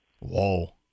Whoa